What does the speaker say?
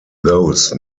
those